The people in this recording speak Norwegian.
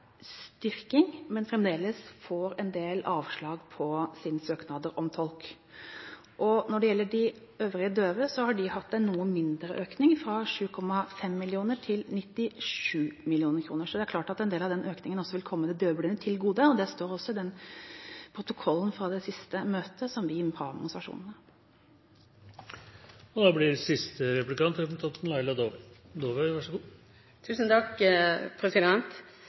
styrking. Men fremdeles får en del avslag på sine søknader om tolk. Når det gjelder de øvrige døve, har de hatt en noe mindre økning, fra 73,5 mill. kr til 97 mill. kr. Så det er klart at en del av den økningen også vil komme de døvblinde til gode. Det står også i protokollen fra det siste møtet som vi